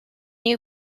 you